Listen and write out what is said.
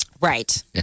Right